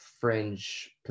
fringe